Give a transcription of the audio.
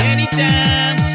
Anytime